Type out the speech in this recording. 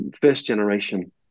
first-generation